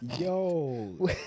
Yo